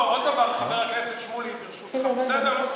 לא, עוד דבר, חבר הכנסת שמולי, ברשותך, בסדר?